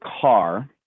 car